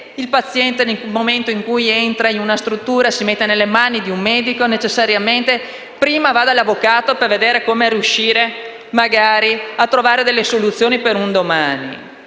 il paziente, nel momento in cui entra in una struttura e si mette nelle mani di un medico, prima va dall'avvocato per vedere come riuscire a trovare delle soluzioni per un domani.